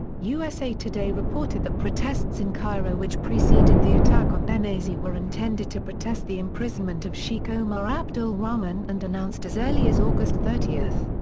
usa today reported that protests in cairo which preceded the attack on benghazi were intended to protest the imprisonment of sheik omar abdul rahman and announced as early as august thirty.